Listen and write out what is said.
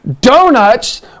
donuts